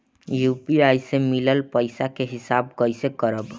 UPI से मिलल पईसा के हिसाब कइसे करब?